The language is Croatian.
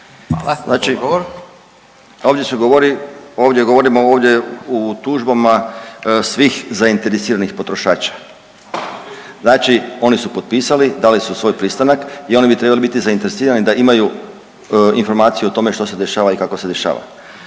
Znači ovdje se govori, ovdje govorimo ovdje o tužbama svih zainteresiranih potrošača. Znači oni su potpisali, dali su svoj pristanak i oni bi trebali biti zainteresirani da imaju informaciju o tome što se dešava i kako se dešava.